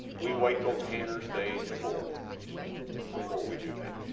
we wait until tanner stage four before we do that